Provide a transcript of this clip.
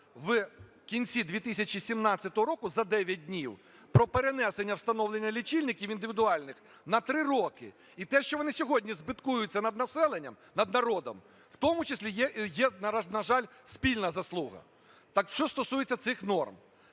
в кінці 2017 року, за дев'ять днів, про перенесення встановлення лічильників індивідуальних на 3 роки. І те, що вони сьогодні збиткуються над населенням, над народом, в тому числі є, на жаль, спільна заслуга. Так що стосується цих норм.